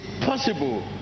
possible